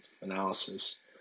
analysis